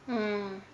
mm